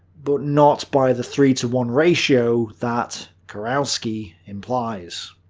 but not by the three-to-one ratio that kurowski implies.